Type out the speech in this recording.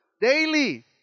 daily